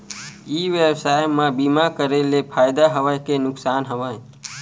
ई व्यवसाय म बीमा करे ले फ़ायदा हवय के नुकसान हवय?